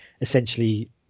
essentially